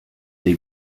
dei